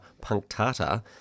punctata